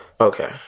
Okay